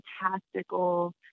fantastical